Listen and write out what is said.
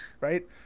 Right